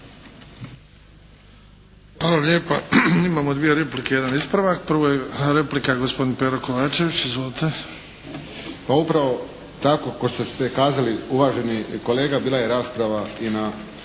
Hvala lijepa. Imamo dvije replike, jedan ispravak. Prva replika je gospodin Pero Kovačević. Izvolite! **Kovačević, Pero (HSP)** Pa upravo tako kao što ste kazali uvaženi kolega, bila je rasprava i na